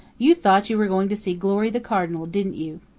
you thought you were going to see glory the cardinal, didn't you?